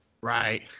Right